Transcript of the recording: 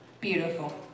Beautiful